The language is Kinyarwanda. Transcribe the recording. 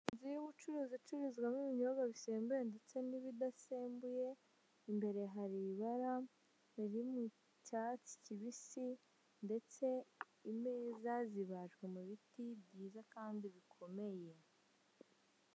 Inzu y'ubucuruzi icururizwamo ibinyobwa bisembuye ndetse n'ibidasembuye, imbere hari ibara riri mu cyatsi kibisi imeza zibajwe mubiti, byiza kandi bikomeye.